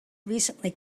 recently